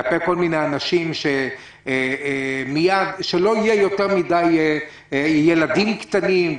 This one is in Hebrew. כלפי כל מיני אנשים שלא יהיו יותר מדי ילדים קטנים,